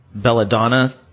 Belladonna